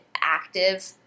active